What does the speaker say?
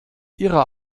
ihrer